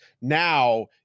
now